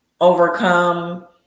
overcome